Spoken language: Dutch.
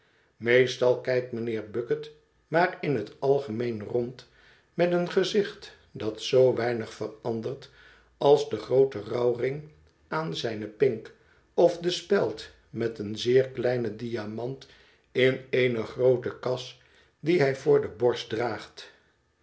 meestal kijkt mijnheer bucket maar in het algemeen rond met een gezicht dat zoo weinig verandert als de groote rouwring aan zijne pink of de speld met een zeer kleinen diamant in eene groote kas die hij voor de borst draagt